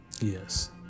Yes